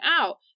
out